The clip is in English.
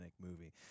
movie